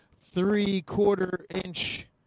three-quarter-inch